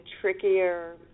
trickier